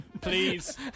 Please